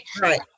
Right